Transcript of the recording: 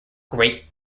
great